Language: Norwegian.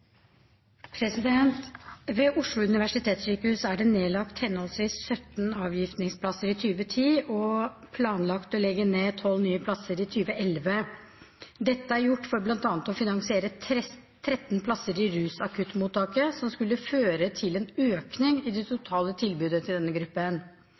fast ved at det som er fylkeskommunen sitt ansvar, skal vera fylkeskommunen sitt ansvar. «Ved Oslo universitetssykehus er det nedlagt 17 avgiftningsplasser i 2010, og det er planlagt å legge ned 12 nye plasser i 2011. Dette er gjort for bl.a. å finansiere 13 plasser i rusakuttmottaket, som skulle føre til en økning